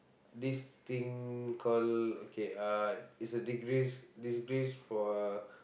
this thing call okay uh is a disgrace~ disgrace for a